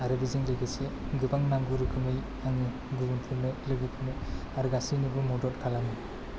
आरो बेजों लोगोसे गोबां नांगौ रोखोमै आंनि गुबुनफोरनो लोगोफोरनो आरो गासिनोबो मदद खालामो